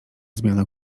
zmiana